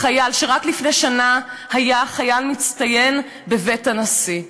בחייל שרק לפני שנה התקבל כחייל מצטיין בבית הנשיא.